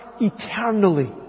eternally